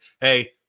Hey